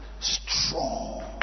strong